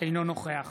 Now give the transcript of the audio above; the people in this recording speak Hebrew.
אינו נוכח